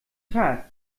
tag